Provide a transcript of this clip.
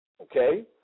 okay